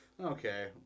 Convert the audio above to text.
Okay